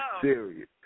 serious